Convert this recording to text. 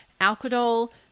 alcohol